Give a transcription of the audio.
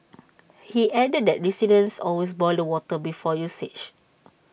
he added that residents always boil the water before usage